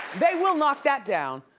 they will knock that down.